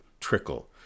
trickle